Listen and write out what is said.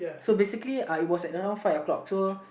so basically uh it was another five O-clock so